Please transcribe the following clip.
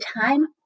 time